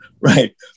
right